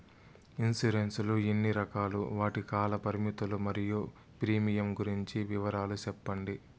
Insurance లు ఎన్ని రకాలు? వాటి కాల పరిమితులు మరియు ప్రీమియం గురించి వివరాలు సెప్పండి?